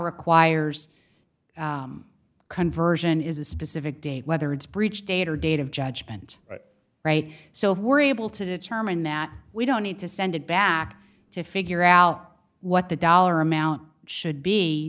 requires conversion is a specific date whether it's breach date or date of judgment but right so if we're able to determine that we don't need to send it back to figure out what the dollar amount should be